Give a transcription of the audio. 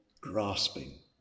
grasping